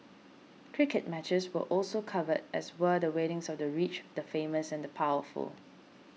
cricket matches were also covered as were the weddings of the rich the famous and the powerful